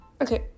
Okay